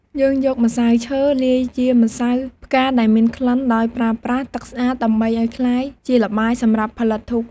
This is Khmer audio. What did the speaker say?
យើងយកម្សៅឈើ លាយជាម្សៅផ្កាដែលមានក្លិនដោយប្រើប្រាស់ទឺកស្អាតដើម្បីឲ្យក្លាយជាល្បាយសម្រាប់ផលិតធូប។